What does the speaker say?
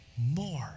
more